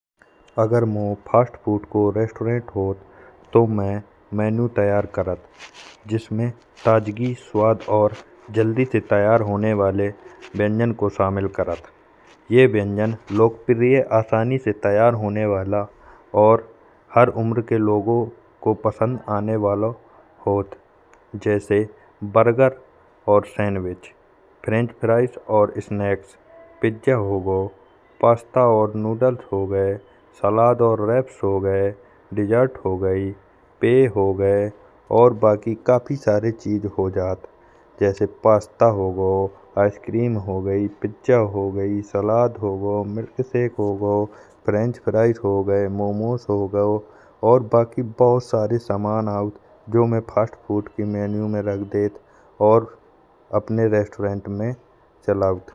अगर मोये fast food को रेस्ट्रो होय तो। तो मैं मेनू तैयार करात, जिसमें ताजकी स्वाद और जल्दी से तैयार होने वाले व्यंजन को शामिल करात ये। व्यंजन लोक प्रीय आसानी से तैयारी करने वाला और हर उम्र के लोगो को पसंद आने वालो होत। जैसे बर्गर और सैंडविच फ्रेंच फ्राइज और स्नैक पिज्ज़ा हो गाओ। पास्ता और नूडल्स हो गये सलाद और रैप्स हो गये डेसर्ट हो गइ। पेय हो गये और बाकी काफ़ी सारी चीज़ हो जात पास्ता हो गाओ। आइस क्रीम हो गई, पिज्ज़ा हो गई, सलाद हो गई, मिल्क शेक हो गाओ, फ्रेंच फ्राइज हो गये। मोमोज़ हो गाओ और बाकी बहुत सारे बहुत सारे सामान आऔत। जो मैं फास्ट फूड की मेनू में रख देत और अपने रेस्टोरेंट में रख देत।